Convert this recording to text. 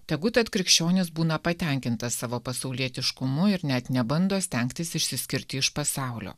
tegu tad krikščionis būna patenkintas savo pasaulietiškumu ir net nebando stengtis išsiskirti iš pasaulio